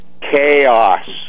chaos